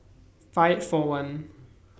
five four one